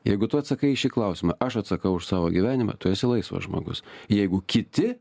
jeigu tu atsakai į šį klausimą aš atsakau už savo gyvenimą tu esi laisvas žmogus jeigu kiti